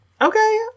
Okay